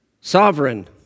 sovereign